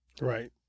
right